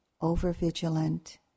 over-vigilant